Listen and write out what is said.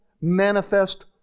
manifest